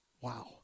Wow